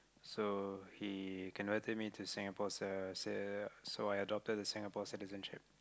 so he converted me to Singapore's uh s~ so I adopted a Singapore citizenship